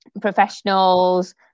professionals